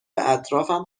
اطرافم